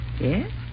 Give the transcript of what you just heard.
Yes